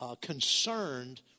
concerned